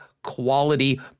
quality